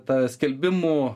ta skelbimų